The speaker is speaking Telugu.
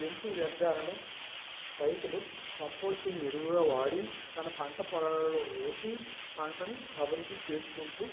జంతు వ్యర్ధాలను రైతులు కంపోస్టింగ్ ఎరువుగా వాడి తమ పంట పొలాలలో వేసి పంటని అభివృద్ధి చేసుకుంటూ